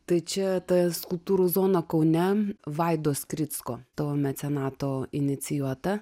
tai čia ta skulptūrų zona kaune vaido skricko to mecenato inicijuota